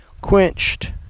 quenched